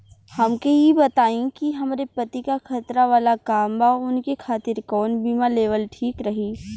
हमके ई बताईं कि हमरे पति क खतरा वाला काम बा ऊनके खातिर कवन बीमा लेवल ठीक रही?